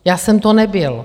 Já jsem to nebyl.